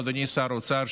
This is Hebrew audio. אדוני שר האוצר,